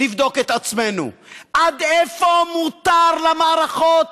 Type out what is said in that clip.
לבדוק את עצמנו, עד איפה מותר למערכות